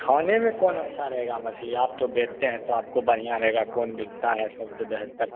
खाने में कौन अच्छा रहेगा मछ्ली आप तो बेचते हैं तो आपको बढ़िया रहेगा कौन बिकता है सबसे बेहतर